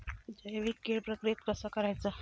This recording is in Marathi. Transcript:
जैविक कीड प्रक्रियेक कसा करायचा?